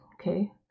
Okay